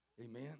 Amen